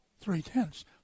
three-tenths